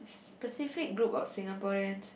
specific group of Singaporean